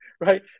right